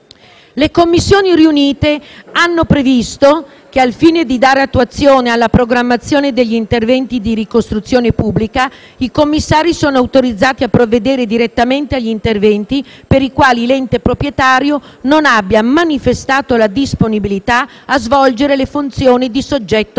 Le Commissioni riunite hanno previsto che, al fine di dare attuazione alla programmazione degli interventi di ricostruzione pubblica, i commissari sono autorizzati a provvedere direttamente agli interventi per i quali l'ente proprietario non abbia manifestato la disponibilità a svolgere le funzioni di soggetto